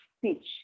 speech